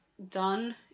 done